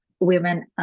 Women